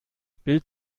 bild